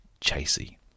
Chasey